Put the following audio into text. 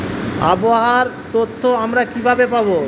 আবহাওয়ার তথ্য আমরা কিভাবে পাব?